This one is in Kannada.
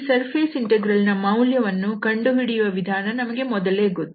ಈ ಸರ್ಫೇಸ್ ಇಂಟೆಗ್ರಲ್ ನ ಮೌಲ್ಯ ಕಂಡುಹಿಡಿಯುವ ವಿಧಾನ ನಮಗೆ ಮೊದಲೇ ಗೊತ್ತು